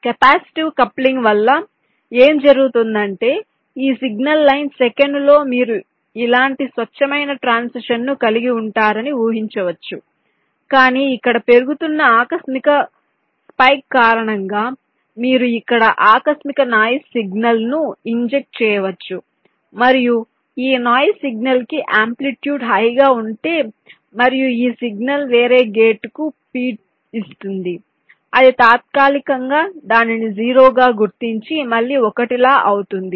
capacitive coupling వల్ల ఏమి జరుగుతుందంటే ఈ సిగ్నల్ లైన్ సెకనులో మీరు ఇలాంటి స్వచ్ఛమైన ట్రాన్సిషన్ ను కలిగి ఉంటారని ఊహించవచ్చు కానీ ఇక్కడ పెరుగుతున్న ఆకస్మిక స్పైక్ కారణంగా మీరు ఇక్కడ ఆకస్మికంగా నాయిస్ సిగ్నల్ను ఇంజెక్ట్ చేయవచ్చు మరియు ఈ నాయిస్ సిగ్నల్ కి ఆంప్లిట్యూడ్ హై గా ఉంటే మరియు ఈ సిగ్నల్ వేరే గేటుకు ఫీడ్ ఇస్తుంది అది తాత్కాలికంగా దానిని 0 గా గుర్తించి మళ్ళీ 1 లా అవుతుంది